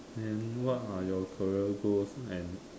then what are your career goals and